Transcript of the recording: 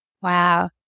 Wow